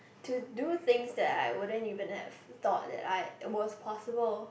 to do things that I won't even have thought I was possible